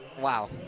wow